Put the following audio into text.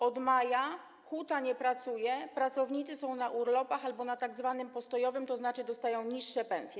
Od maja huta nie pracuje, pracownicy są na urlopach albo na tzw. postojowym, tzn. dostają niższe pensje.